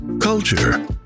culture